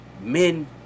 men